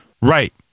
Right